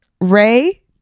Ray